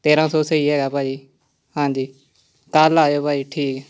ਤੇਰ੍ਹਾਂ ਸੌ ਸਹੀ ਹੈਗਾ ਭਾਅ ਜੀ ਹਾਂਜੀ ਕੱਲ੍ਹ ਆ ਜਿਓ ਭਾਅ ਜੀ ਠੀਕ ਹੈ